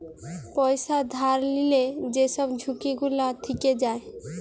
পয়সা ধার লিলে যেই সব ঝুঁকি গুলা থিকে যায়